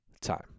time